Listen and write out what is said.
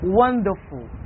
wonderful